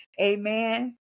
Amen